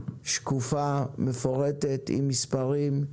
שקופה, מפורטת, עם מספרים,